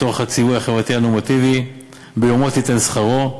מתוך הציווי החברתי הנורמטיבי "ביומו תתן שכרו".